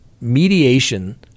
mediation